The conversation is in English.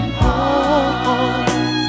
heart